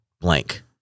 blank